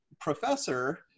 professor